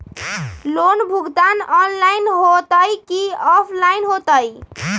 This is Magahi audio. लोन भुगतान ऑनलाइन होतई कि ऑफलाइन होतई?